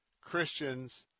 Christians